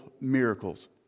miracles